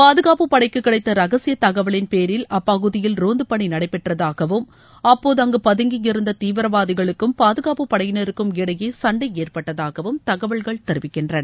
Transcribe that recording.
பாதுனாப்புப் படைக்கு கிடைத்த ரகசிய தகவலின் பேரில் அப்பகுதயில் ரோந்து பணி நடைபெற்றதாகவும் அப்போது அங்கு பதங்கியிருந்த தீவிரவாதிகளுக்கும் பாதுகாப்புப் படையினருக்கும் இடையே சண்டை ஏற்பட்டதாகவும் தகவல்கள் தெரிவிக்கின்றன